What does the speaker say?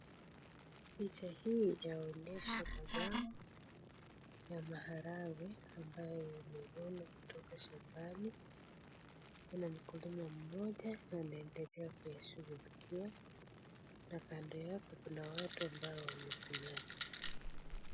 Picha hii yaonyesha mazao ya maharagwe ambayo yamevunwa kutoka shambani; mkulima mmoja anaendelea kuishughulikia, na kando yake kuna watu ambao wamesimama.